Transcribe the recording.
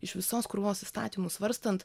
iš visos krūvos įstatymų svarstant